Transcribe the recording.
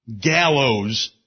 gallows